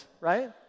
right